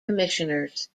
commissioners